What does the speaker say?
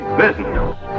business